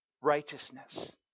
righteousness